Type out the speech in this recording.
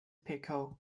pickle